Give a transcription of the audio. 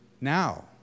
now